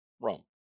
Rome